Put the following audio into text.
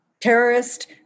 terrorist